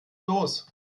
los